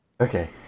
Okay